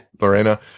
Lorena